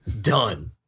done